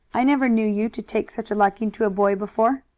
i never knew you to take such a liking to a boy before.